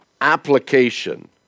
application